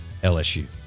LSU